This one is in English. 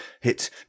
hit